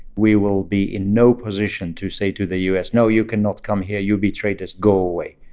we will be in no position to say to the u s, no. you cannot come here. you betrayed us. go away.